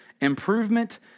improvement